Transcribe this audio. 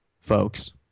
folks